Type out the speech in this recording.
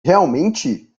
realmente